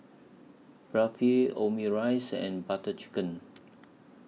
Omurice and Butter Chicken